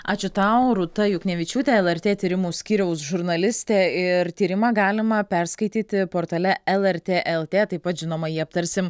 ačiū tau rūta juknevičiūtė lrt tyrimų skyriaus žurnalistė ir tyrimą galima perskaityti portale lrt lt taip pat žinoma jį aptarsim